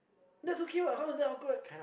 that's okay what how is that awkward